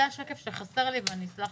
זה השקף שחסר לי ואשמח